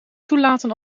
toelaten